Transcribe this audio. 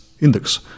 Index